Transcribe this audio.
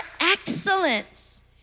excellence